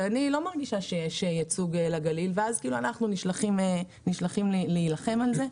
שאני לא מרגישה שיש ייצוג לגליל ואז אנחנו נשלחים להילחם על זה.